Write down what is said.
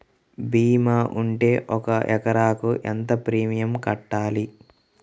భీమా ఉంటే ఒక ఎకరాకు ఎంత ప్రీమియం కట్టాలి?